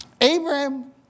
Abraham